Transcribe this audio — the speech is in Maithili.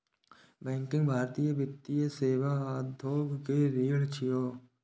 बैंकिंग भारतीय वित्तीय सेवा उद्योग के रीढ़ छियै